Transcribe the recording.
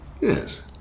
Yes